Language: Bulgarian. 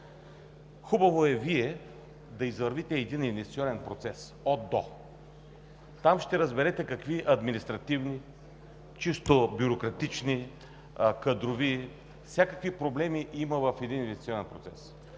Хубаво е Вие да извървите един инвестиционен процес от – до. Там ще разберете какви административни, чисто бюрократични, кадрови – всякакви проблеми има в един инвестиционен процес.